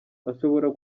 ashobora